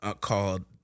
called